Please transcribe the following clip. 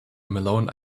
malone